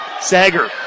Sager